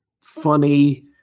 funny